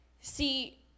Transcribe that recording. See